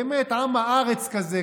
באמת, עם הארץ כזה.